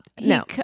no